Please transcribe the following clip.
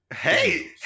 Hey